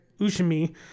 Ushimi